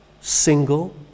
single